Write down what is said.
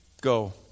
go